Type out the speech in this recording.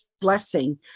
blessing